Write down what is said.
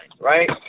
right